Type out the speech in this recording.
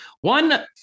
one